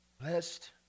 Blessed